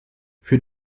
für